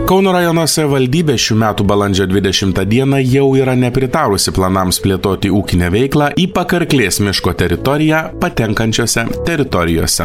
kauno rajono savivaldybė šių metų balandžio dvidešimtą dieną jau yra pritarusi planams plėtoti ūkinę veiklą į pakarklės miško teritoriją patenkančiose teritorijose